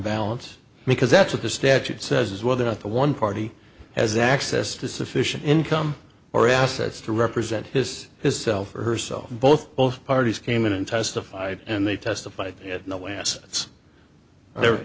balance because that's what the statute says is whether or not the one party has access to sufficient income or assets to represent his his self or herself both both parties came in and testified and they testified